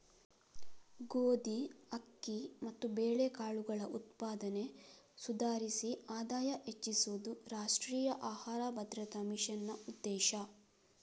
ಗೋಧಿ, ಅಕ್ಕಿ ಮತ್ತು ಬೇಳೆಕಾಳುಗಳ ಉತ್ಪಾದನೆ ಸುಧಾರಿಸಿ ಆದಾಯ ಹೆಚ್ಚಿಸುದು ರಾಷ್ಟ್ರೀಯ ಆಹಾರ ಭದ್ರತಾ ಮಿಷನ್ನ ಉದ್ದೇಶ